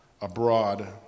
abroad